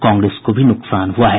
कांग्रेस को भी नुकसान हुआ है